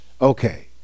okay